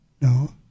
No